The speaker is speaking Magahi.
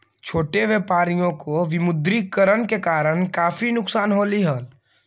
छोटे व्यापारियों को विमुद्रीकरण के कारण काफी नुकसान होलई हल